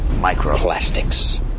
Microplastics